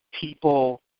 people